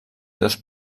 dos